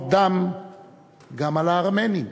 "דמעות דם גם על הארמנים".